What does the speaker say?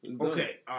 Okay